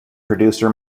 producer